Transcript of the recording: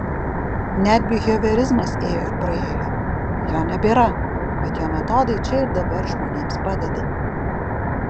net biheviorizmas ėjo ir praėjo jo nebėra bet jo metodai čia ir dabar žmonėms padeda